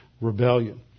rebellion